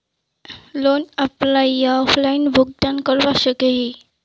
Loan online या offline भुगतान करवा सकोहो ही?